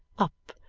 up,